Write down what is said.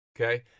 Okay